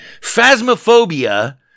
phasmophobia